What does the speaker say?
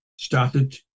started